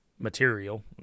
material